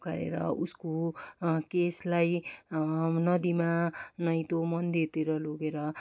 पुकारेर उसको केशलाई नदीमा नही तो मन्दिरतिर लोगेर